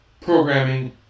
programming